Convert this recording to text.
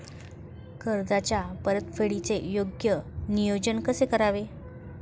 कर्जाच्या परतफेडीचे योग्य नियोजन कसे करावे?